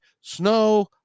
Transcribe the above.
snow